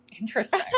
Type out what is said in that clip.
Interesting